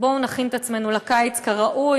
בואו נכין את עצמנו לקיץ כראוי,